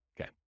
okay